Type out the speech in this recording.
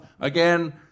Again